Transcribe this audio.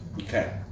Okay